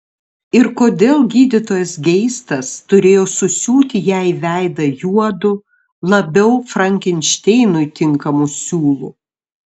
ir kodėl gydytojas geistas turėjo susiūti jai veidą juodu labiau frankenšteinui tinkamu siūlu